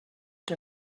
que